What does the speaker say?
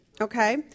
Okay